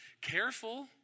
Careful